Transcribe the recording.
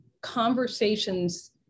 conversations